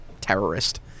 terrorist